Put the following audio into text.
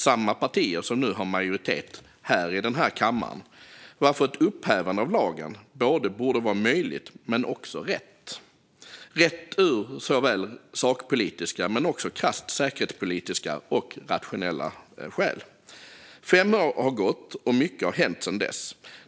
Samma partier har nu majoritet här i denna kammare varför ett upphävande av lagen både borde vara möjligt och rätt - av sakpolitiska skäl men också av krasst säkerhetspolitiska och rationella skäl. Fem år har gått, och mycket har hänt sedan dess.